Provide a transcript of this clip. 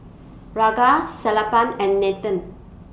Ranga Sellapan and Nathan